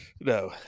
No